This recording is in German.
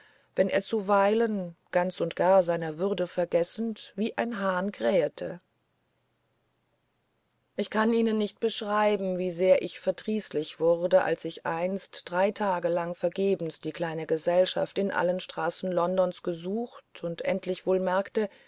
wenn er zuweilen ganz und gar seiner würde vergessend wie ein hahn krähete ich kann ihnen nicht beschreiben wie sehr ich verdrießlich wurde als ich einst drei tage lang vergebens die kleine gesellschaft in allen straßen londons gesucht und endlich wohl merkte